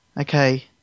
Okay